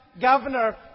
governor